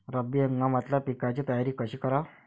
रब्बी हंगामातल्या पिकाइची तयारी कशी कराव?